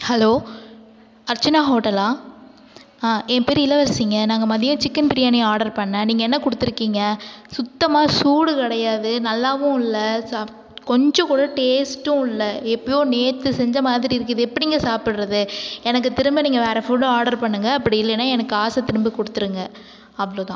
hello Archana hotel ஆ என் பேர் இளவரசிங்க நாங்கள் மதியம் சிக்கன் பிரியாணி ஆர்டர் பண்ண நீங்கள் என்ன கொடுத்துருக்கீங்க சுத்தமாக சூடு கிடையாது நல்லாவுல்ல சாப் கொஞ்ச கூட டேஸ்ட்டும் இல்லை எப்யோ நேற்று செஞ்ச மாதிரி இருக்கு இதை எப்படிங்க சாப்பிடுறது எனக்கு திரும்ப நீங்கள் வேறு ஃபுட்டை ஆடர் பண்ணுங்கள் அப்படி இல்லைனா எனக்கு காசை திரும்ப கொடுத்துருங்க அவ்ளோ தான்